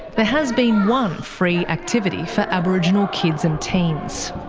but has been one free activity for aboriginal kids and teens.